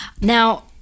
Now